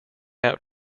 out